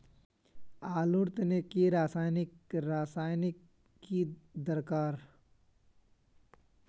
आलूर तने की रासायनिक रासायनिक की दरकार?